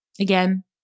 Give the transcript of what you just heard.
Again